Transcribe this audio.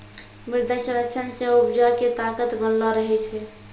मृदा संरक्षण से उपजा के ताकत बनलो रहै छै